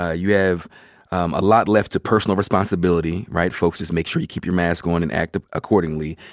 ah you have a lot left to personal responsibility, right? folks, just make sure you keep your mask on and act accordingly.